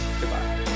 Goodbye